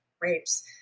Rapes